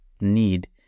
need